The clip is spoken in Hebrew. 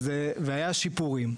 והיו שיפורים.